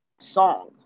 song